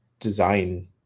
design